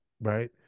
Right